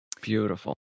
beautiful